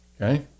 Okay